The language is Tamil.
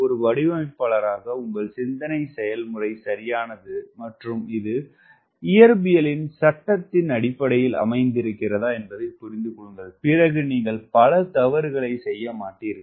ஒரு வடிவமைப்பாளராக உங்கள் சிந்தனை செயல்முறை சரியானது மற்றும் அது இயற்பியலின் சட்டத்தின் அடிப்படையில் அமைந்திருக்கிறதா என்பதை புரிந்து கொள்ளுங்கள் பிறகு நீங்கள் பல தவறுகளை செய்ய மாட்டீர்கள்